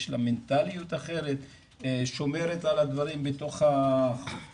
יש לה מנטאליות אחרת שומרת על הדברים בתוך החברה,